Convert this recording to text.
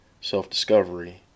self-discovery